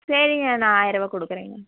சரிங்க நான் ஆயிர ரூவா கொடுக்கறேங்க